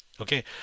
Okay